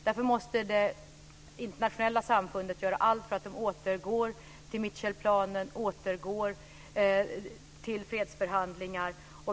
Därför måste det internationella samfundet göra allt för att parterna återgår till Mitchellplanen och till fredsförhandlingar.